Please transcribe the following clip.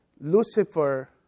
Lucifer